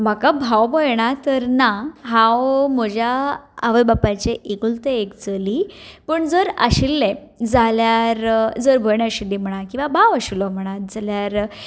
म्हाका भाव भयणां तर ना हांव म्हज्या आवय बापायचें एकुलतें एक चली पूण जर आशिल्ले जाल्यार जर भयण आशिल्ली म्हणा वा भाव आशिल्लो म्हणा जाल्यार